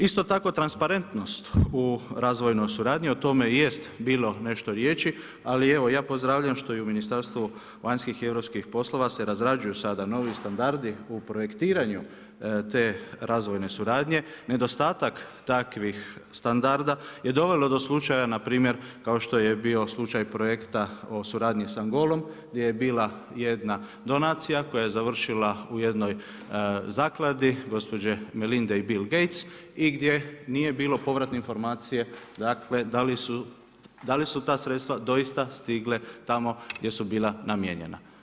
Isto tako transparentnost u razvojnoj suradnji, o tome i jest bio nešto riječi, ali, evo ja pozdravljam što je u Ministarstvu vanjskih i europskih poslova se razrađuju standardi u projektiranju te razvojne suradnje, nedostatak takvih standarda je dovelo do slučaja npr. kao što je bio slučaj projekta o suradnji sa Angolom, gdje je bila jedna donacija, koja je završila u jednoj zakladi gospođe Melinde i Bill Gates i gdje nije bilo povratne informacije da li su ta sredstva doista stigle tamo gdje su bila namjena.